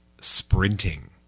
sprinting